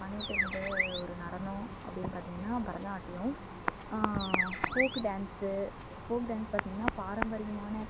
பண்ணிவிட்டு இருந்த ஒரு நடனம் அப்படின்னு பார்த்தீங்கன்னா Bharatanatyam folk dance folk dance பார்த்தீங்கன்னா பாரம்பரியமான